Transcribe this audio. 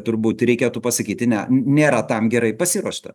turbūt reikėtų pasakyti ne nėra tam gerai pasiruošta